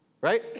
Right